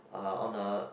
uh on a